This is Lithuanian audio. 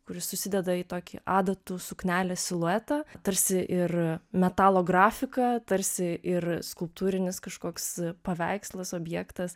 kuri susideda į tokį adatų suknelės siluetą tarsi ir metalo grafika tarsi ir skulptūrinis kažkoks paveikslas objektas